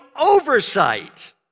oversight